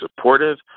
supportive